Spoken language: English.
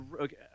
okay